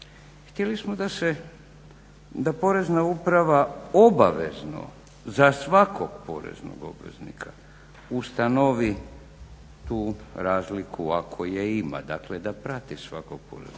htjeli smo da Porezna uprava obavezno za svakog poreznog obveznika ustanovi tu razliku ako je ima, dakle da prati svakog poreznog